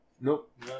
nope